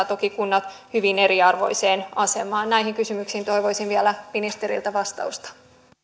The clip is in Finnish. toki kunnat hyvin eriarvoiseen asemaan näihin kysymyksiin toivoisin vielä ministeriltä vastausta